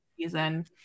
season